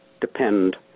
depend